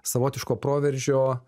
savotiško proveržio